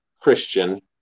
Christian